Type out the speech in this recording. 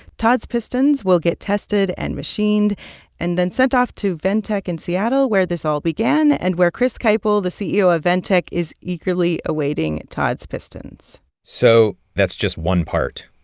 todd's pistons will get tested and machined and then sent off to ventec in seattle, where this all began and where chris kiple, the ceo of ventec, is eagerly awaiting todd's pistons so that's just one part.